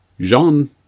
Jean